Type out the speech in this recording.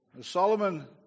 Solomon